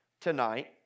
tonight